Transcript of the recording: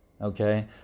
okay